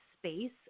space